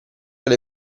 alle